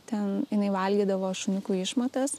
ten jinai valgydavo šuniukų išmatas